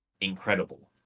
incredible